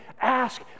ask